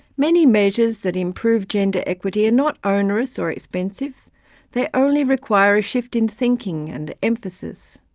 many measures that improve gender equity are not onerous or expensive they only require a shift in thinking and emphasis.